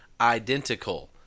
identical